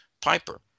Piper